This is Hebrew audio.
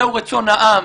זהו רצון העם,